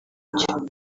nacyo